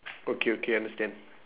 okay okay understand